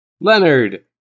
Leonard